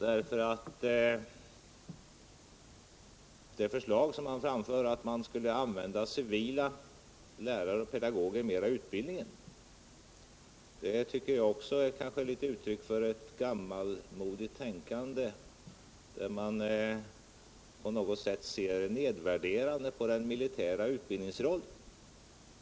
Det förslag han framför om att civila lärare och pedagoger skulle användas i större utsträckning än som nu är fallet i utbildningen tycker jag ger uttryck för ett gammalmodigt tänkande, där man på något sätt ser nedvärderande på den militära utbildningsrollen.